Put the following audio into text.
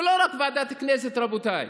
ולא רק ועדת כנסת, רבותיי,